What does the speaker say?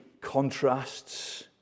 contrasts